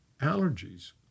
allergies